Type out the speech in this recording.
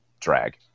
drag